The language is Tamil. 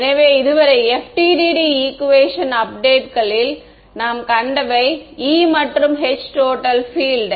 எனவே இதுவரை FDTD ஈக்குவேஷன் அப்டேட்களில் நாம் கண்டவை E மற்றும் H டோட்டல் ஃபில்ட்